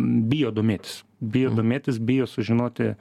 bijo domėtis bijo domėtis bijo sužinoti